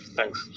Thanks